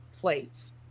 plates